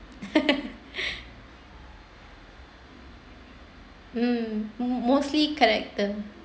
um mostly character